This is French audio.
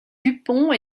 dupont